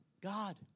God